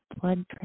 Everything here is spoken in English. blood